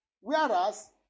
Whereas